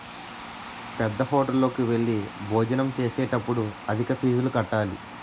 పేద్దహోటల్లోకి వెళ్లి భోజనం చేసేటప్పుడు అధిక ఫీజులు కట్టాలి